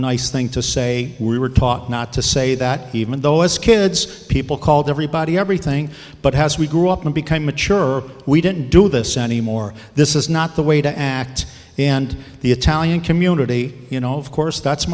nice thing to say we were taught not to say that even though as kids people called everybody everything but has we grew up and become mature we don't do this any more this is not the way to act and the italian community you know of course that's